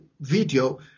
video